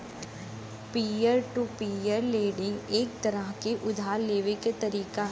peer to peer lending एक तरह से उधार लेवे क तरीका हउवे